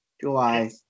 July